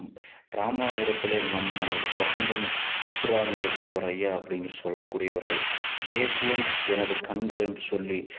ராமநாதபுரத்திலே நம் நமது பசும்பொன் முத்துராமலிங்கத்தேவர் ஐயா அப்படின்னு சொல்லக்கூடியவர்கள் தேசியம் எனது கண்கள் என்று சொல்லி